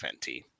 Fenty